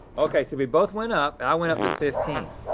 okay, so we both went up, and i went up to fifteen.